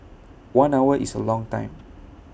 one hour is A long time